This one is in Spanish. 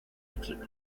equipo